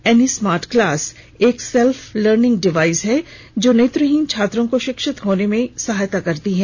any smart class एक self learning device है जो नेत्रहीन छात्रों को शिक्षित होने में सहायता करती है